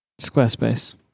Squarespace